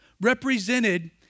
represented